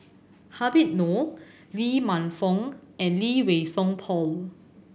Habib Noh Lee Man Fong and Lee Wei Song Paul